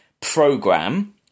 program